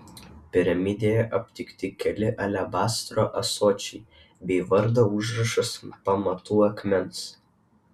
piramidėje aptikti keli alebastro ąsočiai bei vardo užrašas ant pamatų akmens